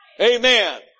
Amen